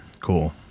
Cool